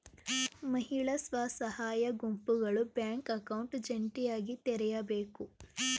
ಮಹಿಳಾ ಸ್ವಸಹಾಯ ಗುಂಪುಗಳು ಬ್ಯಾಂಕ್ ಅಕೌಂಟ್ ಜಂಟಿಯಾಗಿ ತೆರೆಯಬೇಕು